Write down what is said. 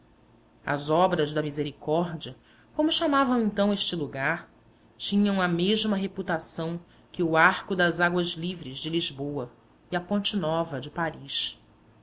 as obras da misericórdia como chamavam então este lugar tinham a mesma reputação que o arco das águas livres de lisboa e a ponte nova de paris